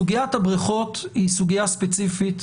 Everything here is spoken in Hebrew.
סוגיית הבריכות היא סוגיה ספציפית.